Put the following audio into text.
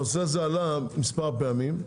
הנושא הזה עלה מספר פעמים.